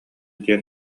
диэн